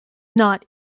not